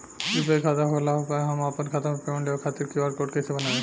UPI खाता होखला मे हम आपन खाता मे पेमेंट लेवे खातिर क्यू.आर कोड कइसे बनाएम?